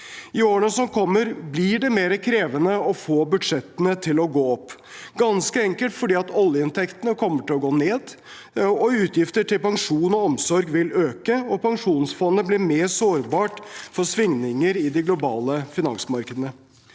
I årene som kommer, vil det bli mer krevende å få budsjettene til å gå opp, ganske enkelt fordi oljeinntektene vil gå ned, utgifter knyttet til pensjon og omsorg vil øke, og pensjonsfondet blir mer sårbart for svingninger i de globale finansmarkedene.